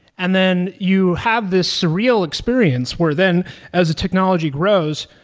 and then you have this surreal experience, where then as the technology grows,